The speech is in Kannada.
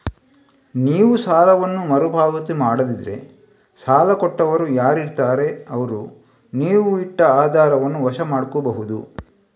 ನೀವು ಸಾಲವನ್ನ ಮರು ಪಾವತಿ ಮಾಡದಿದ್ರೆ ಸಾಲ ಕೊಟ್ಟವರು ಯಾರಿರ್ತಾರೆ ಅವ್ರು ನೀವು ಇಟ್ಟ ಆಧಾರವನ್ನ ವಶ ಮಾಡ್ಕೋಬಹುದು